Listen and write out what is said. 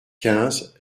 quinze